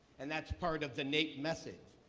and that's part of the naep message.